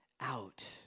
out